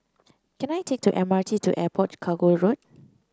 can I take the M R T to Airport Cargo Road